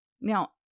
Now